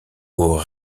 aux